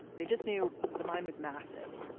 they just knew the mine was massive.